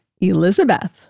Elizabeth